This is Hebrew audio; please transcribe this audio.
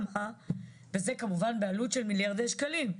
וזה כמובן בעלות של מיליארדי שקלים.